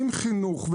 עם חינוך,